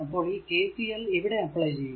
അപ്പോൾ ഈ KCL ഇവിടെ അപ്ലൈ ചെയ്യുക